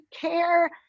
care